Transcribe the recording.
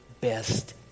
best